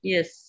Yes